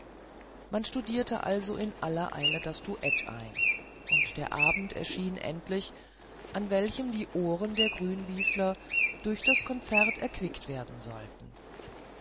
man studierte also in aller eile das duett ein und der abend erschien endlich an welchem die ohren der grünwieseler durch das konzert erquickt werden sollten